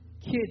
Kids